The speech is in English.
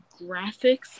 graphics